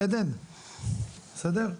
עדן, בסדר?